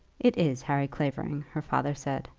it is harry clavering, her father said,